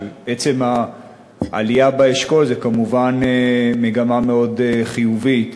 ועצם העלייה באשכול זה כמובן מגמה מאוד חיובית.